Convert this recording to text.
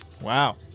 Wow